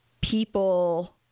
people